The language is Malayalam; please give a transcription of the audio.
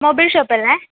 മൊബൈൽ ഷോപ്പല്ലേ